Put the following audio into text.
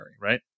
Right